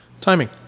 Timing